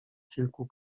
kilku